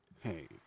Hey